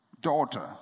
daughter